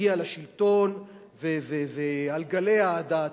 הגיע לשלטון על גלי אהדה עצומים.